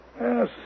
Yes